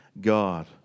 God